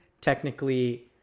technically-